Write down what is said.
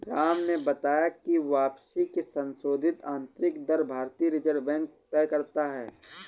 राम ने बताया की वापसी की संशोधित आंतरिक दर भारतीय रिजर्व बैंक तय करता है